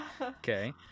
Okay